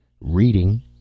Reading